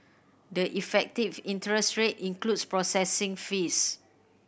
the effective interest rate includes processing fees